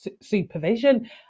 supervision